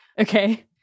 Okay